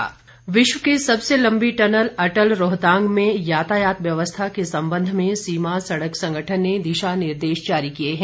रोहतांग वाहन विश्व की सबसे लंबी अटल टनल रोहतांग में यातायात व्यवस्था के संबंध में सीमा सड़क संगठन ने दिशा निर्देश जारी किए हैं